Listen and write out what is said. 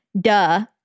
duh